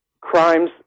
crimes